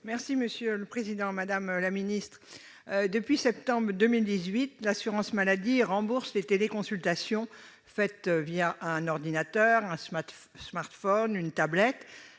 et de la santé. Madame la ministre, depuis septembre 2018, l'assurance maladie rembourse les téléconsultations faites un ordinateur, un smartphone ou une tablette,